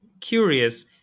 curious